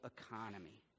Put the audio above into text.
economy